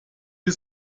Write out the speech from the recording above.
wir